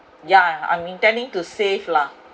ya I'm intending to save lah